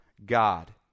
God